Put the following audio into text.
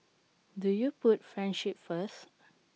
do you put friendship first